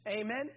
Amen